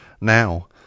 Now